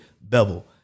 Bevel